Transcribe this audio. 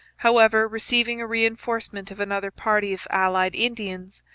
however, receiving a reinforcement of another party of allied indians,